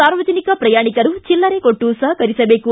ಸಾರ್ವಜನಿಕ ಪ್ರಯಾಣಿಕರು ಚಿಲ್ಲರೆ ಕೊಟ್ಟು ಸಹಕರಿಸಬೇಕು